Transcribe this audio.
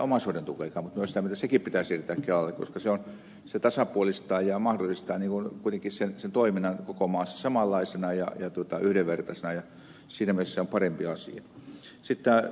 mutta minusta sekin pitää siirtää kelalle koska se tasapuolistaa ja mahdollistaa kuitenkin sen toiminnan koko maassa samanlaisena ja yhdenvertaisena ja siinä mielessä on parempi asia